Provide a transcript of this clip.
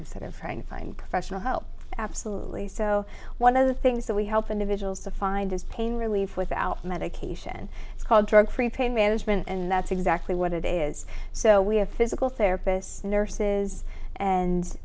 trying to find professional help absolutely so one of the things that we help individuals to find is pain relief without medication it's called drug free pain management and that's exactly what it is so we have physical therapists nurses and